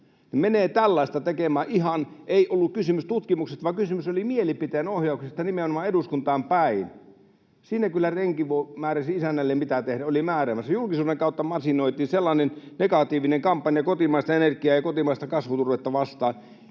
menee tällaista tekemään, että ei ollut kysymys tutkimuksesta vaan kysymys oli mielipiteen ohjauksesta nimenomaan eduskuntaan päin, niin siinä kyllä renki oli määräämässä isännälle, mitä tehdä. Julkisuuden kautta masinoitiin sellainen negatiivinen kampanja kotimaista energiaa ja kotimaista kasvuturvetta vastaan,